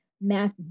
math